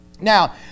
Now